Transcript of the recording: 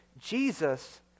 Jesus